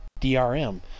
DRM